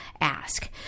ask